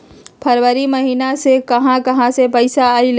फरवरी महिना मे कहा कहा से पैसा आएल?